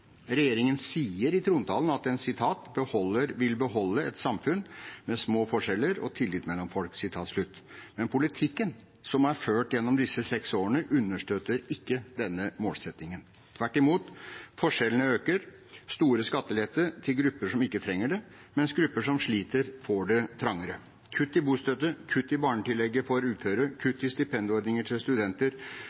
Regjeringen sier i trontalen at den «vil beholde et samfunn med små forskjeller og tillit mellom folk». Men politikken som er ført gjennom disse seks årene, understøtter ikke denne målsettingen. Tvert imot øker forskjellene, det er store skatteletter til grupper som ikke trenger det, mens grupper som sliter, får det trangere. Det er kutt i bostøtte, kutt i barnetillegget for uføre, kutt i stipendordninger til studenter,